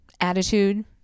attitude